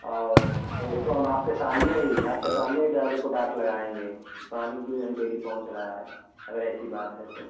और तो उसको हम आपके सामने ही आपके सामने ही ड्राइवर को डाँट लगाएंगे कि पानी क्यों नहीं डेली पहुँच रहा है अगर ऐसी बात है तो